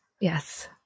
Yes